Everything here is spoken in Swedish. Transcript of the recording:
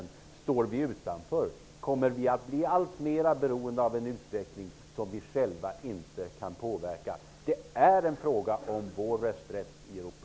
Om vi står utanför, kommer vi att bli alltmer beroende av en utveckling som vi själva inte kan påverka. Det är en fråga om vår rösträtt i Europa.